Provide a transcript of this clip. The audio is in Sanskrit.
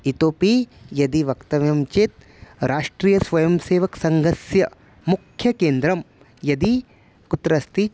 इतोऽपि यदि वक्तव्यं चेत् राष्ट्रीयस्वयंसेवकः सङ्घस्य मुख्यकेन्द्रं यदि कुत्र अस्ति